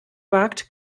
wagt